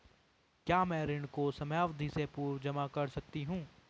क्या मैं ऋण को समयावधि से पूर्व जमा कर सकती हूँ?